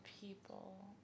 people